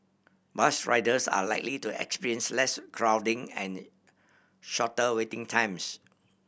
bus riders are likely to experience less crowding and shorter waiting times